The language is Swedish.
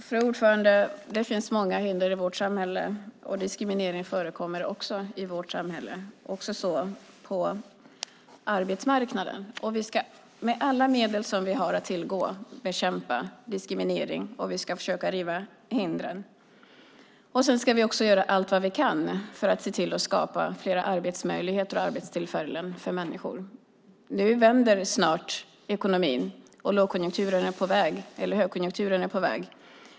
Fru talman! Det finns många hinder i vårt samhälle. Diskriminering förekommer i samhället och på arbetsmarknaden. Vi ska med alla medel som vi har att tillgå bekämpa diskriminering. Vi ska försöka riva hindren. Vi ska också göra allt vi kan för att se till att skapa flera arbetsmöjligheter och arbetstillfällen för människor. Nu vänder snart ekonomin. Högkonjunkturen är på väg.